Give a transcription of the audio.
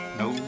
no